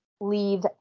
leave